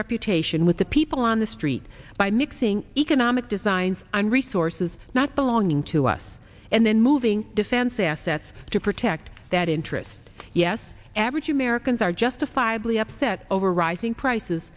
reputation with the people on the street by mixing economic designs and resources not belonging to us and then moving defense assets to protect that interest yes average americans are justifiably upset over rising prices